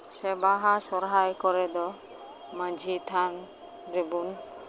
ᱥᱮ ᱵᱟᱦᱟ ᱥᱚᱨᱦᱟᱭ ᱠᱚᱨᱮ ᱫᱚ ᱢᱟᱹᱡᱷᱤ ᱛᱷᱟᱱ ᱨᱮᱵᱚᱱ